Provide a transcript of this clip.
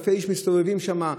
אלפי אנשים מסתובבים שם,